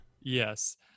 Yes